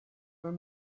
were